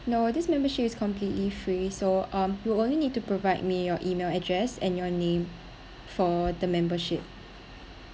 no this membership is completely free so um you only need to provide me your email address and your name for the membership